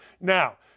Now